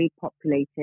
populated